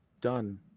done